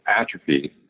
atrophy